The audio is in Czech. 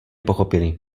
pochopili